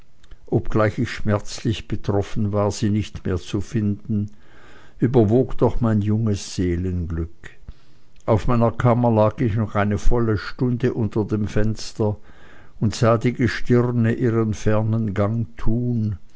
obgleich ich schmerzlich betroffen war sie nicht mehr zu finden überwog doch mein junges seelenglück auf meiner kammer lag ich noch eine volle stunde unter dem fenster und sah die gestirne ihren fernen gang tun